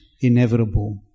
inevitable